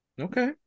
Okay